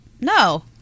no